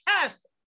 cast